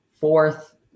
fourth